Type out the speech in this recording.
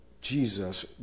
Jesus